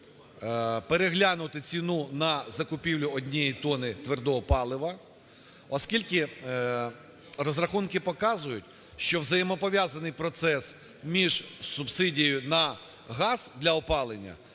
переглянути ціну на закупівлю однієї тонни твердого палива, оскільки розрахунки показують, що взаємопов'язаний процес між субсидією на газ для опалення